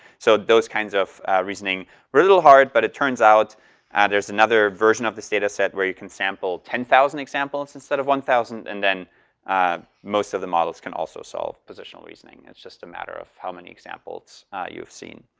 so those kinds of reasoning, were a little hard but it turns out and there's another version of this data set where you can sample ten thousand examples instead of one thousand. and then most of the models can also solve positional reasoning, it's just a matter of how many examples you've seen.